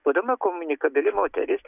būdama komunikabili moteris